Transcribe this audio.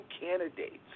candidates